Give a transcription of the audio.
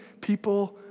people